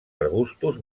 arbustos